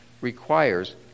requires